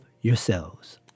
yourselves